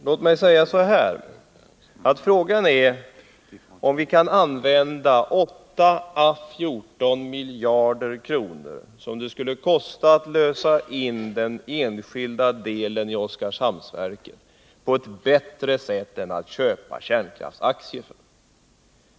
Låt mig säga så här, att frågan är om vi inte skulle kunna använda 8 ä 14 miljarder, som det skulle kosta att lösa in den enskilda delen av Oskarshamnsverket, på ett bättre sätt än att köpa kärnkraftsaktier.